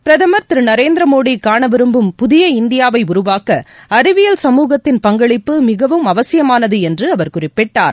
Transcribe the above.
பிரதமர் நரேந்திர மோதி காண விரும்பும் புதிய இந்தியாவை உருவாக்க அறிவியல் சமூகத்தின் பங்களிப்பு மிகவும் அவசியமானது என்று அவர் குறிப்பிட்டார்